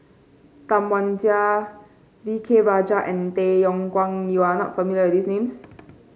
Tam Wai Jia V K Rajah and Tay Yong Kwang you are not familiar with these names